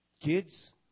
kids